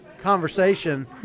conversation